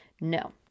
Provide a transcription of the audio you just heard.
No